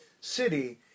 City